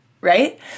right